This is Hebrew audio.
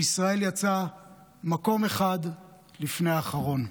וישראל יצאה מקום אחד לפני אחרון.